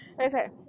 Okay